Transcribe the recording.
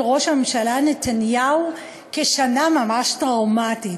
ראש הממשלה נתניהו כשנה ממש טראומטית.